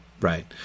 right